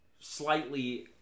slightly